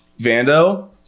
Vando